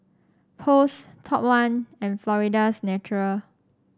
Post Top One and Florida's Natural